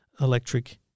electric